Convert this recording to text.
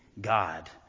God